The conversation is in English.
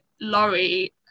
Laurie